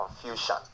confusion